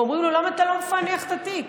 ואומרים לו: למה אתה לא מפענח את התיק?